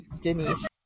Denise